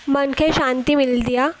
मन खे शांति मिलंदी आहे